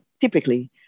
typically